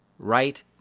Right